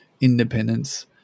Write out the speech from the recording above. independence